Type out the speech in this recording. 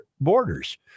borders